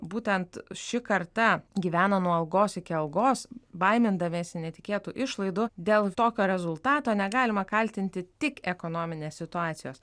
būtent ši karta gyvena nuo algos iki algos baimindamiesi netikėtų išlaidų dėl tokio rezultato negalima kaltinti tik ekonominės situacijos